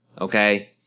okay